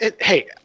Hey